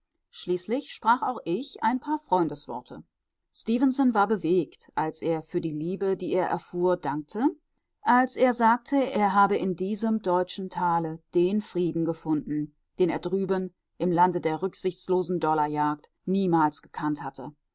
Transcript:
schließlich sprach auch ich ein paar freundesworte stefenson war bewegt als er für die liebe die er erfuhr dankte als er sagte er habe in diesem deutschen tale den frieden gefunden den er drüben im lande der rücksichtslosen dollarjagd niemals gekannt hatte